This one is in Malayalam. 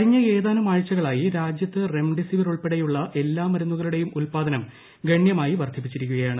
കഴിഞ്ഞ ഏതാനും ആഴ്ചകളായി രാജ്യത്ത് റെംഡെസിവിർ ഉൾപ്പെടെയുള്ള എല്ലാ മരുന്നുകളുടെയും ഉൽപാദനം ഗണൃമായി വർദ്ധിപ്പിച്ചിരിക്കുകയാണ്